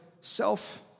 self